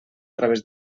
través